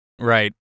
Right